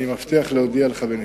אני מבטיח להודיע לך בנפרד.